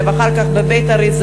ואחר כך בבית-האריזה,